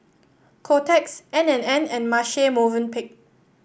Kotex N and N and Marche Movenpick